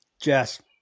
Jess